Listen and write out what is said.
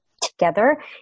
together